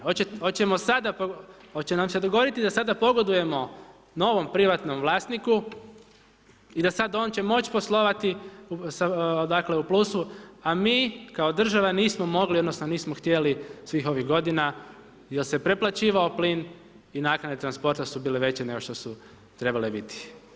Hoćemo sada, hoće nam se dogoditi da sada pogodujemo novom privatnom vlasniku i da sad on će moći poslovati, dakle, u plusu, a mi kao država nismo mogli, odnosno nismo htjeli svih ovih godina jer se preplaćivao plin i naknade transporta su bile veće nego što su trebale biti.